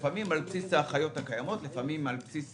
לפעמים על בסיס האחיות הקיימות ולפעמים על בסיס